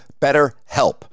BetterHelp